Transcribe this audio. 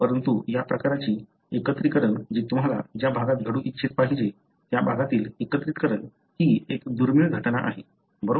परंतु या प्रकारची एकत्रीकरण जी तुम्हाला ज्या भागात घडू इच्छित पाहिजे त्या भागातील एकत्रीकरण ही एक दुर्मिळ घटना आहे बरोबर